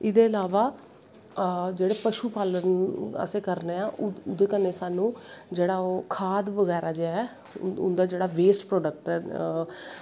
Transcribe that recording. एह्दे इलावा पशू पालन जेह्ड़ा करने आं ओह्दे कन्नै साह्नू जेह्ड़ा ओह् खाध बगैरा ऐ उंदा जेह्ड़ा बेस्ट प्राडैक्ट ऐ